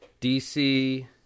dc